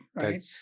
right